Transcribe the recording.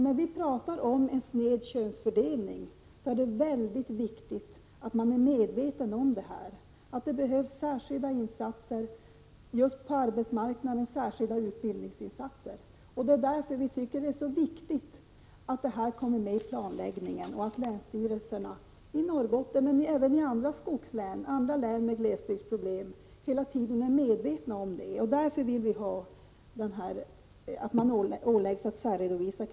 När man talar om sned könsfördelning är det mycket viktigt att vara medveten om att det behövs särskilda insatser just på arbetsmarknaden och särskilda utbildningsinsatser. Därför är det så viktigt att det kommer med i planläggningen och att länsstyrelserna i Norrbotten, men även i andra skogslän och län med glesbygdsproblem, hela tiden är medvetna om detta. Därför vill vi att kvinnornas villkor särredovisas.